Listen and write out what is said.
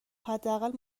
حداقل